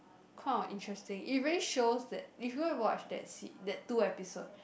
kind of interesting it really shows that if you have watched that scene that two episode